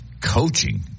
coaching